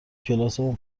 کلاسمون